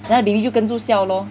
then 那个 baby 就跟住笑 lor